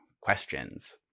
questions